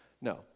no